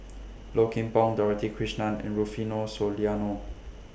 Low Kim Pong Dorothy Krishnan and Rufino Soliano